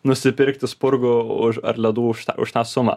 nusipirkti spurgų už ar ledų už tą už tą sumą